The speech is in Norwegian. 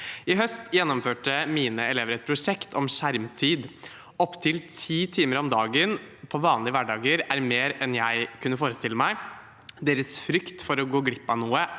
I høst gjennomførte mine elever et prosjekt om skjermtid. Opptil 10 timer om dagen på vanlige hverdager var mer enn jeg kunne forestille meg. Deres frykt for å gå glipp av noe